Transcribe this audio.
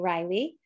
Riley